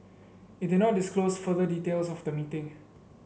it did not disclose further details of the meeting